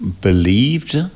believed